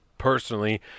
Personally